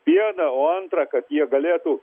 viena o antra kad jie galėtų